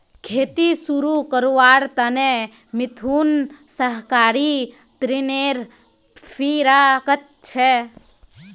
खेती शुरू करवार त न मिथुन सहकारी ऋनेर फिराकत छ